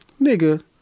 Nigga